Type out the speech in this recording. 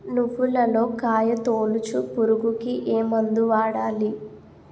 నువ్వులలో కాయ తోలుచు పురుగుకి ఏ మందు వాడాలి?